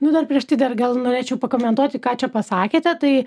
nu dar prieš tai dar gal norėčiau pakomentuoti ką čia pasakėte tai